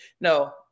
no